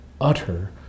utter